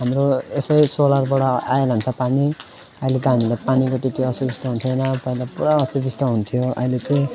हाम्रो यसै सोलरबाट आइरहन्छ पानी अहिले त हामीलाई पानीको त्यति असुबिस्ता पनि छैन पहिला पुरा असुबिस्ता हुन्थ्यो अहिले चाहिँ